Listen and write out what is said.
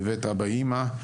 בבית אבא אמא.